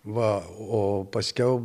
va o paskiau